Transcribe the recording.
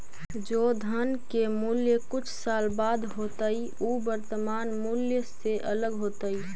जे धन के मूल्य कुछ साल बाद होतइ उ वर्तमान मूल्य से अलग होतइ